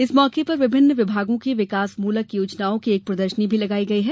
इस मौके पर विभिन्न विभागों की विकासमूलक योजनाओं को एक प्रदर्शनी भी लगायी गयी है